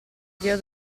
dia